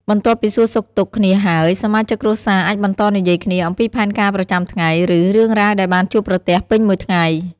បន្ទាប់ពីសួរសុខទុក្ខគ្នាហើយ សមាជិកគ្រួសារអាចបន្តនិយាយគ្នាអំពីផែនការប្រចាំថ្ងៃ ឬរឿងរ៉ាវដែលបានជួបប្រទះពេញមួយថ្ងៃ។